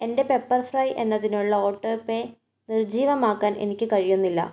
എൻ്റെ പെപ്പർഫ്രൈ എന്നതിനുള്ള auto pay നിർജ്ജീവമാക്കാൻ എനിക്ക് കഴിയുന്നില്ല